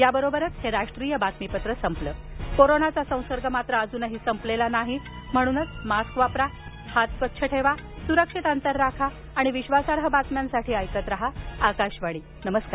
या बरोबरच हे राष्ट्रीय बातमीपत्र संपलं कोरोनाचा संसर्ग रोखण्यासाठी मास्क परिधान करा वारंवार हात स्वच्छ धुवा सुरक्षित अंतर राखा आणि विश्वासार्ह बातम्यांसाठी ऐकत राहा आकाशवाणी नमस्कार